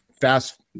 fast